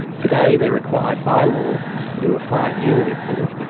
today they are required by law to do a five-yearly report,